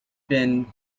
been